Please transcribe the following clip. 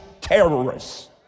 terrorists